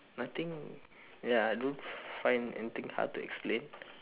nothing ya I don't find anything hard to explain